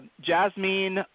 Jasmine